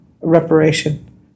reparation